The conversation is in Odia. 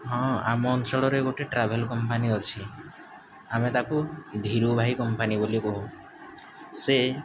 ହଁ ଆମ ଅଞ୍ଚଳରେ ଗୋଟେ ଟ୍ରାଭେଲ୍ କମ୍ପାନୀ ଅଛି ଆମେ ତାକୁ ଧିରୁ ଭାଇ କମ୍ପାନୀ ବୋଲି କହୁ ସେ